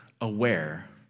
aware